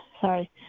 sorry